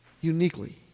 uniquely